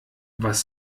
was